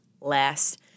last